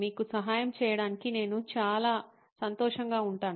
మీకు సహాయం చేయడానికి నేను చాలా సంతోషంగా ఉంటాను